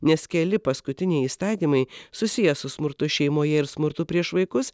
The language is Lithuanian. nes keli paskutiniai įstatymai susiję su smurtu šeimoje ir smurtu prieš vaikus